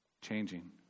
changing